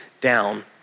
down